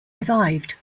revived